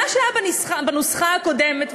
מה שהיה בנוסחה הקודמת,